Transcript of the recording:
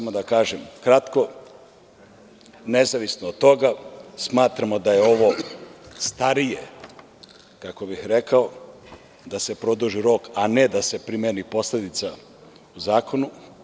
Nezavisno od toga, smatramo da je ovo starije, kako bih rekao, da se produži rok a ne da se primeni posledica u zakonu.